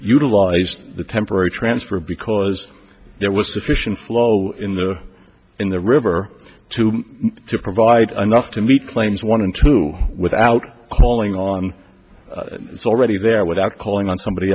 utilised the temporary transfer because there was sufficient flow in the in the river to to provide enough to meet claims one and two without calling on it's already there without calling on somebody